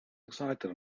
excited